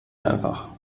einfach